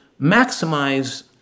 maximize